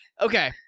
okay